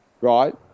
right